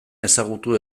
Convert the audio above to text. ezagutu